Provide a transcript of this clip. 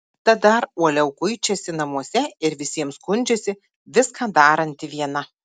tad dar uoliau kuičiasi namuose ir visiems skundžiasi viską daranti viena